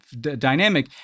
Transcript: dynamic